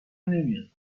نمیاد